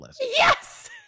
Yes